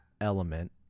element